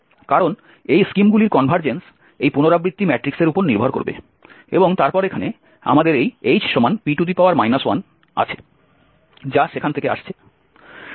কারণ এই স্কিমগুলির কনভারজেন্স এই পুনরাবৃত্তি ম্যাট্রিক্সের উপর নির্ভর করবে এবং তারপর এখানে আমাদের এই HP 1 আছে যা সেখান থেকে আসছে